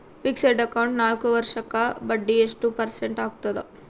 Fixed account ನಾಲ್ಕು ವರ್ಷಕ್ಕ ಬಡ್ಡಿ ಎಷ್ಟು ಪರ್ಸೆಂಟ್ ಆಗ್ತದ?